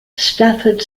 stafford